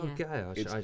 Okay